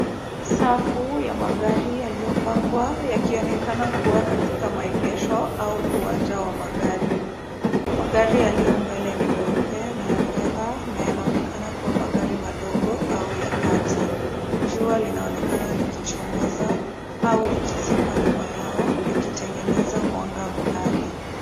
Safu ya magari yaliyopangwa, yakionekana kuwa katika maegesho au uwanja wa magari. Magari yaliyo mbele ni meupe na ya fedha, na yanaonekana kuwa magari madogo au ya kati. Jua linaonekana likichomoza, au likizima nyuma yao, likitengeneza mwanga mkali.